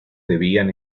debían